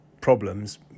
problems